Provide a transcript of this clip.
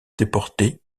déporté